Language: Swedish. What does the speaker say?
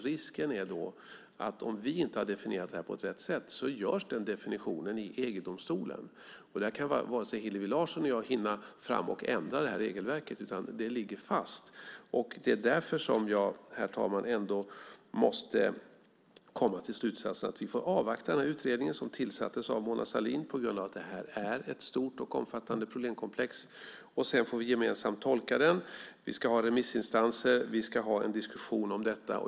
Risken är att om vi inte har definierat det här på ett riktigt sätt görs den definitionen i EG-domstolen, och där kan varken Hillevi Larsson eller jag hinna fram och ändra regelverket, utan det ligger fast. Herr talman! Det är därför som jag måste komma till slutsatsen att vi får avvakta den här utredningen som tillsattes av Mona Sahlin på grund av att det här är ett stort och omfattande problemkomplex. Sedan får vi gemensamt tolka det. Vi ska ha remissinstanser och en diskussion om detta.